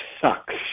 sucks